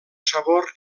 sabor